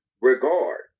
regard